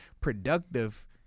productive